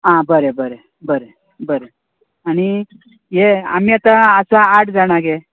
आं बरें बरें बरें बरें आनी यें आमी आतां आसा आठ जाणां गे